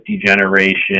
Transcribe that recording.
degeneration